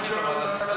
בסדר.